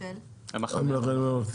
מי נמנע?